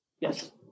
Yes